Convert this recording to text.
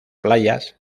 playas